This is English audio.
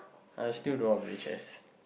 I still know how to play chests